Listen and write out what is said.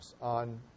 on